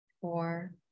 four